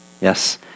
Yes